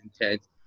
intense